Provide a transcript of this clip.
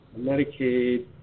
Medicaid